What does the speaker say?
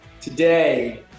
today